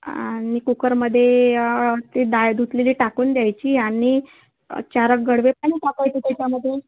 आणि कुकरमध्ये ते डाळ धुतलेली टाकून द्यायची आणि चाराक गडवे पाणी टाकायचं त्याच्यामध्ये